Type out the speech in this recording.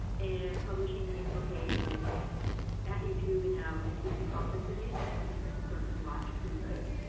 and publishing means, ok it's at youtube, and now youtube is processing it, and it'll be ready for us to watch pretty soon.